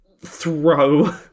throw